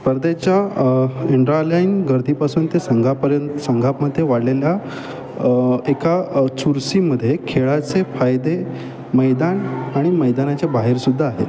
स्पर्धेच्या एंड्रॉलईन गर्धीपासून ते संघापर्यंत संघामध्ये वाढलेल्या एका चुरसीमध्ये खेळाचे फायदे मैदान आणि मैदानाच्या बाहेरसुद्धा आहेत